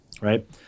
right